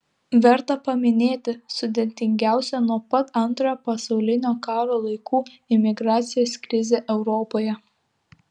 verta paminėti sudėtingiausią nuo pat antrojo pasaulinio karo laikų imigracijos krizę europoje